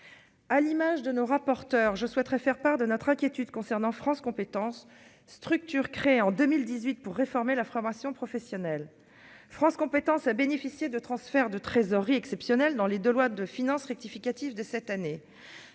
à l'image de nos rapporteurs je souhaiterais faire part de notre inquiétude concernant France compétences, structure créée en 2018 pour réformer la formation professionnelle France compétences a bénéficier de transferts de trésorerie exceptionnelle dans les de loi de finances rectificative de cette année,